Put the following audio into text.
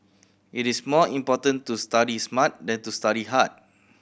it is more important to study smart than to study hard